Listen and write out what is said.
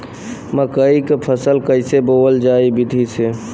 मकई क फसल कईसे बोवल जाई विधि से?